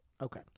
Okay